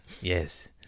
Yes